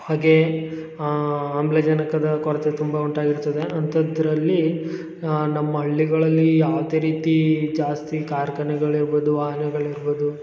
ಹೊಗೆ ಆಮ್ಲಜನಕದ ಕೊರತೆ ತುಂಬ ಉಂಟಾಗಿರ್ತದೆ ಅಂಥದ್ರಲ್ಲಿ ನಮ್ಮ ಹಳ್ಳಿಗಳಲ್ಲಿ ಯಾವುದೇ ರೀತೀ ಜಾಸ್ತಿ ಕಾರ್ಖಾನೆಗಳಿರ್ಬೋದು ವಾಹನಗಳಿರ್ಬೋದು